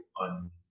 on